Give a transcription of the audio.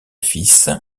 fils